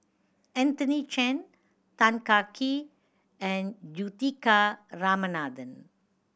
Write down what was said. Anthony Chen Tan Kah Kee and Juthika Ramanathan